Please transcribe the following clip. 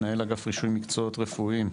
מנהל אגף רישוי מקצועות רפואיים,